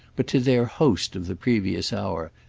but to their host of the previous hour,